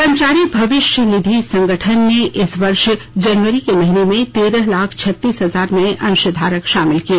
कर्मचारी भविष्य निधि संगठन ने इस वर्ष जनवरी के महीने में तेरह लाख छत्तीस हजार नए अंशधारक शामिल किए